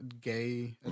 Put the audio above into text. gay